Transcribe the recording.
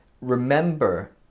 remember